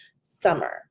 summer